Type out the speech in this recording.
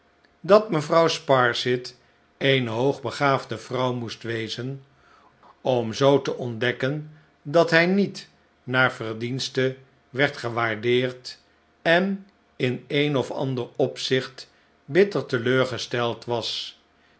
dat mevrouw sparsit eene hoog begaafde vrouw moest wezen om zoote ontdekken dat hij niet naar verdienste werd gewaardeerd en in een of ander opzicht bitter beleurgesteld was